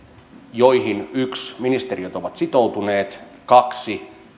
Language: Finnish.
joihin yksi ministeriöt ovat sitoutuneet ja jotka kaksi